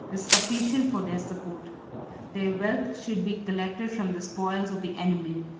is sufficient for their support their wealth should be collected from the spoils of the enemy,